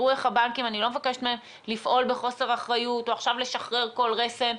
אני לא מבקשת מהם לפעול בחוסר אחריות או לשחרר כל רסן,